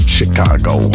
Chicago